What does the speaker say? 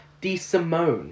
DeSimone